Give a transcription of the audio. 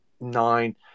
nine